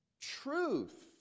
truth